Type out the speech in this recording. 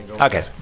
Okay